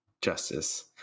justice